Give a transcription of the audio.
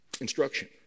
instruction